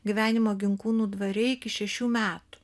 gyvenimo ginkūnų dvare iki šešių metų